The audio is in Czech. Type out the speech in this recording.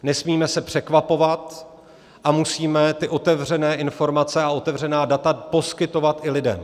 Nesmíme se překvapovat a musíme ty otevřené informace a otevřená data poskytovat i lidem.